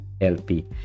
LP